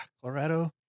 Colorado